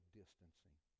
distancing